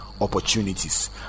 opportunities